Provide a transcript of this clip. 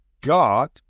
God